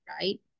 right